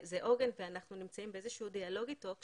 עוגן, ואנחנו נמצאים באיזשהו דיאלוג איתו.